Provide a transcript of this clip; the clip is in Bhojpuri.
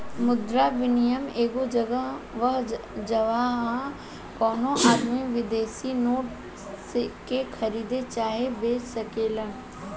मुद्रा विनियम एगो जगह ह जाहवा कवनो आदमी विदेशी नोट के खरीद चाहे बेच सकेलेन